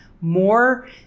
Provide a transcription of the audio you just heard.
more